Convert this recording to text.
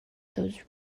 those